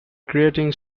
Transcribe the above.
creating